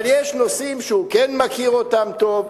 אבל יש נושאים שהוא כן מכיר אותם טוב,